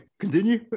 continue